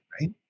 Right